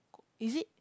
is it